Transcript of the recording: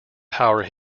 power